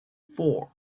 four